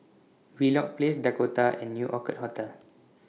Wheelock Place Dakota and New Orchid Hotel